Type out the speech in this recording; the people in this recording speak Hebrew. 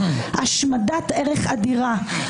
השמדת ערך הדירה.